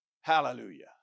Hallelujah